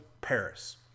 Paris